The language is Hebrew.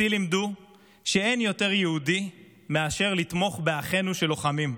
אותי לימדו שאין יותר יהודי מאשר לתמוך באחינו שלוחמים.